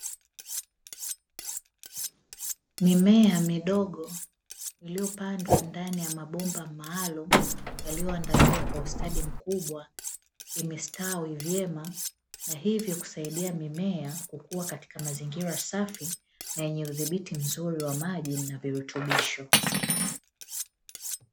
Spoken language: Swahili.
Mimea midogo iliyopandwa ndani ya mabomba maalumu yaliyoandaliwa kwa ustadi mkubwa, imestawi vyema na hivyo kusaidia mimea kukua katika mazingira safi na yenye udhibiti mzuri wa maji na virutubisho.